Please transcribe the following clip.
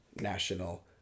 national